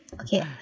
Okay